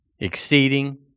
Exceeding